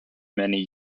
many